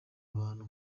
abantu